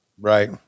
Right